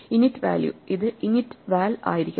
init value ഇത് init val ആയിരിക്കണം